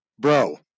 Bro